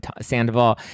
Sandoval